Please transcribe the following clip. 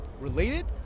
related